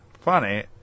funny